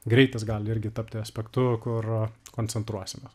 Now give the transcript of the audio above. greitis gali irgi tapti aspektu kur koncentruosimės